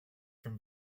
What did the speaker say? from